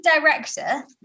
director